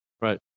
Right